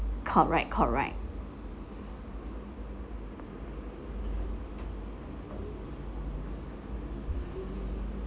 correct correct